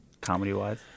comedy-wise